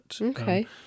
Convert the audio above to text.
okay